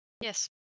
Yes